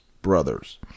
Brothers